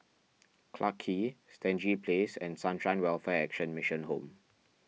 Clarke Quay Stangee Place and Sunshine Welfare Action Mission Home